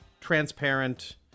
transparent